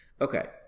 Okay